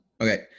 Okay